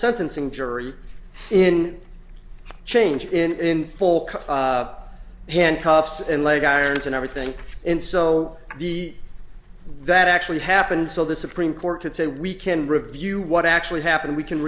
sentencing jury in changed in full color handcuffs and leg irons and everything and so the that actually happened so the supreme court could say we can review what actually happened we can